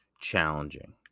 challenging